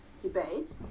debate